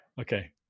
Okay